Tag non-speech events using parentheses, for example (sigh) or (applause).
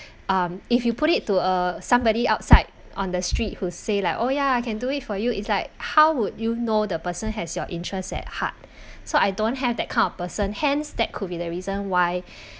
um if you put it to uh somebody outside (noise) on the street who say like oh ya I can do it for you it's like how would you know the person has your interests at heart so I don't have that kind of person hence that could be the reason why